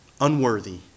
unworthy